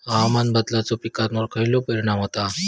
हवामान बदलाचो पिकावर खयचो परिणाम होता?